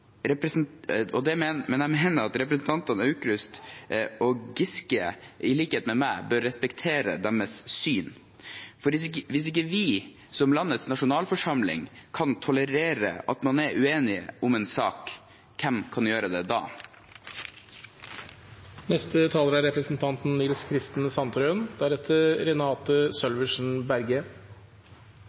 dem. Men jeg mener at representantene Aukrust og Giske, i likhet med meg, bør respektere deres syn. For hvis ikke vi, som landets nasjonalforsamling, kan tolerere at man er uenige om en sak, hvem kan gjøre det da?